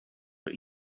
but